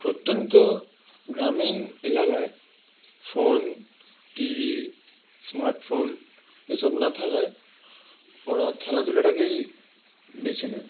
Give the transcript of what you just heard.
প্রত্যন্ত গ্রামীণ এলাকায় ফোন টিভি স্মার্টফোন এসব না থাকায় ওরা খেলাধুলাটাকেই বেছে নেয়